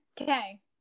Okay